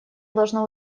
должно